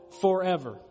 forever